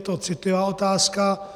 Je to citlivá otázka.